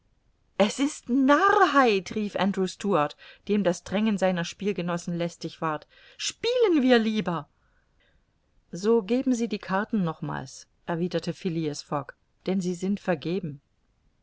es ist narrheit rief andrew stuart dem das drängen seiner spielgenossen lästig ward spielen wir lieber so geben sie die karten nochmals erwiderte phileas fogg denn sie sind vergeben